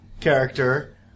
character